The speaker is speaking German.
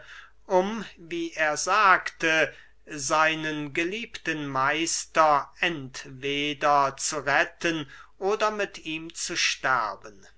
sagte seinen geliebten meister entweder zu retten oder mit ihm zu sterben